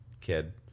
kid